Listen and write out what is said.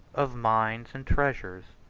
of mines and treasures,